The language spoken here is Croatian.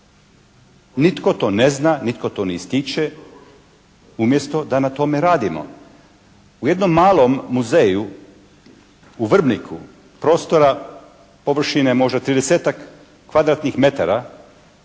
Nitko to ne zna, nitko to ne ističe, umjesto da na tome radimo. U jednom malo muzeju u Vrbniku prostora, površine možda 30-tak kvadratnih metara,